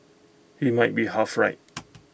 he might be half right